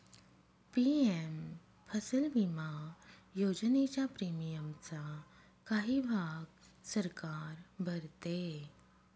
PM फसल विमा योजनेच्या प्रीमियमचा काही भाग सरकार भरते